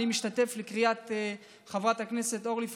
אני משתתף בקריאת חברת הכנסת אורלי פרומן,